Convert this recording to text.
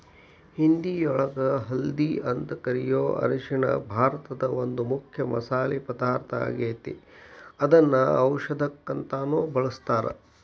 ಹಿಂದಿಯೊಳಗ ಹಲ್ದಿ ಅಂತ ಕರಿಯೋ ಅರಿಶಿನ ಭಾರತದ ಒಂದು ಮುಖ್ಯ ಮಸಾಲಿ ಪದಾರ್ಥ ಆಗೇತಿ, ಇದನ್ನ ಔಷದಕ್ಕಂತಾನು ಬಳಸ್ತಾರ